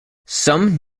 some